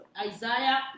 Isaiah